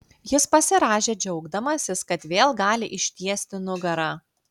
jis pasirąžė džiaugdamasis kad vėl gali ištiesti nugarą